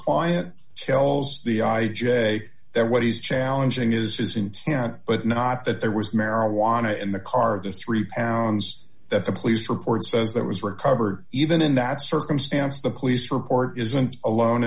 client tells the i j there what he's challenging is his intent but not that there was marijuana in the car the three pounds that the police report says that was recovered even in that circumstance the police report